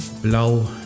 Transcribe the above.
blau